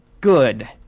good